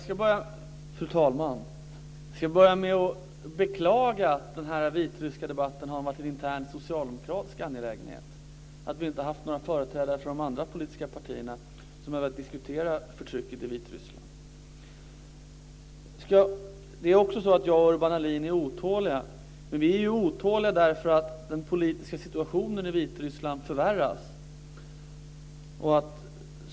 Fru talman! Jag ska börja med att beklaga att den här vitryska debatten har varit en intern socialdemokratisk angelägenhet, att det inte har varit några företrädare för de andra politiska partierna som har velat diskutera förtrycket i Vitryssland. Jag och Urban Ahlin är otåliga därför att den politiska situationen i Vitryssland förvärras.